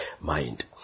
mind